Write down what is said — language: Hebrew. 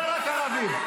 לא רק ערבים.